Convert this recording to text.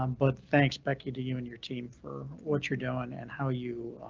um but thanks becky to you and your team for what you're doing and how you